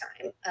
time